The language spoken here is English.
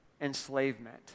enslavement